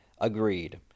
agreed